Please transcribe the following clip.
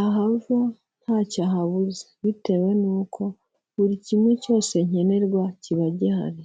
ahava ntacyo ahabuze bitewe n'uko buri kimwe cyose nkenerwa kiba gihari.